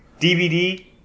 DVD